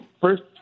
First